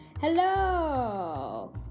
Hello